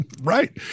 Right